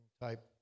type